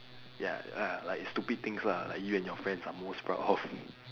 ya ah like stupid things lah like you and your friends are most proud of